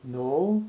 no